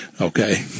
okay